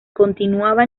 continuaba